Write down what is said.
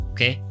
Okay